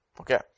Okay